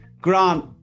Grant